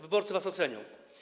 Wyborcy was ocenią.